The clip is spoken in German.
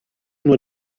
nur